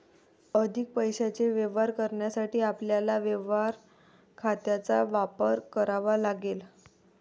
अधिक पैशाचे व्यवहार करण्यासाठी आपल्याला व्यवहार खात्यांचा वापर करावा लागेल